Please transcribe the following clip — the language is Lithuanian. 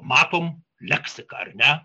matom leksiką ar ne